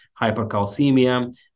hypercalcemia